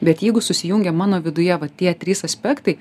bet jeigu susijungia mano viduje vat tie trys aspektai